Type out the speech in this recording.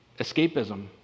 escapism